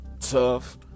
tough